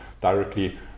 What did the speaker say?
directly